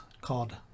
called